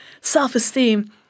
self-esteem